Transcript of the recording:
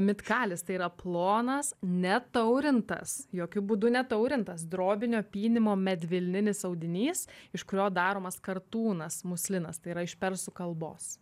mitkalis tai yra plonas netaurintas jokiu būdu netaurintas drobinio pynimo medvilninis audinys iš kurio daromas kartūnas muslinas tai yra iš persų kalbos